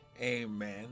Amen